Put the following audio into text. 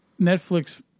Netflix